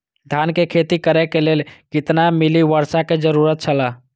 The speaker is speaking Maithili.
धान के खेती करे के लेल कितना मिली वर्षा के जरूरत छला?